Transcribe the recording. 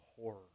horror